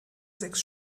sechs